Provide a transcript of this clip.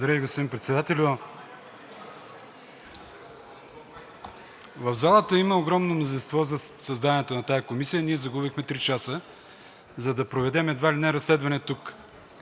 Благодаря Ви, господин Председателю. В залата има огромно мнозинство за създаването на тази комисия, а ние загубихме три часа, за да проведем едва ли не разследване тук.